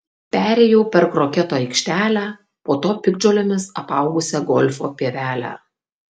perėjau per kroketo aikštelę po to piktžolėmis apaugusią golfo pievelę